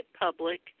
public